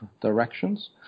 directions